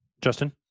Justin